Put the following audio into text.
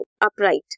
upright